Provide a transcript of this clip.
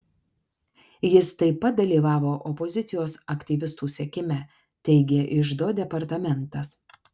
jis taip pat dalyvavo opozicijos aktyvistų sekime teigė iždo departamentas